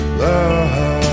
love